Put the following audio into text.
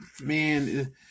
man